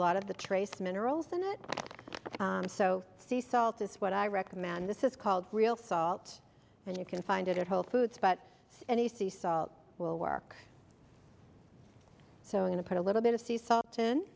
lot of the trace minerals in it so the salt is what i recommend this is called real salt and you can find it at whole foods but any sea salt will work so in a put a little bit of sea salt in